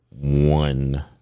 one